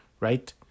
right